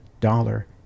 dollar